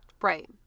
Right